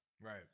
Right